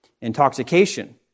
intoxication